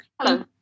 Hello